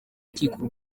rukiko